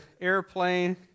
airplane